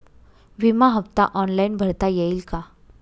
विमा हफ्ता ऑनलाईन भरता येईल का?